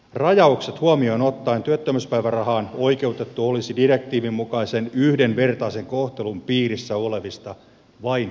rajaukset huomioon ottaen työttömyyspäivärahaan oikeutettu olisi direktiivin mukaisen yhdenvertaisen kohtelun piirissä olevista vain hyvin harva